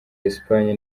espagne